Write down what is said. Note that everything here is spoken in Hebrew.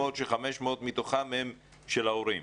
1,500, כאשר 500 מתוכם הם של ההורים?